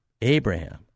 Abraham